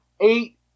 eight